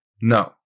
No